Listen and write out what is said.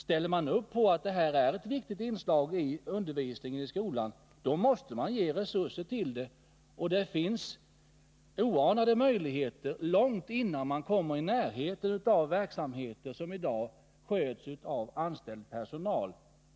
Ställer man upp på att detta är ett viktigt inslag i undervisningen i skolan, då måste man ge resurser till det. Det finns oanade möjligheter att göra något på det här området utan att man kommer i närheten av verksamheter som i dag sköts av anställd personal.